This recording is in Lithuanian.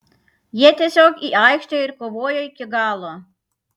jie tiesiog į aikštę ir kovojo iki galo